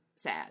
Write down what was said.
sad